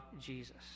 Jesus